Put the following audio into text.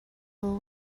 will